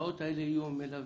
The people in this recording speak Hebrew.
שההסעות האלה יהיו עם מלווה.